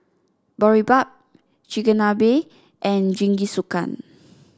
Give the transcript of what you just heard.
Boribap Chigenabe and Jingisukan